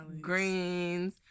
Greens